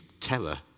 terror